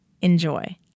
Enjoy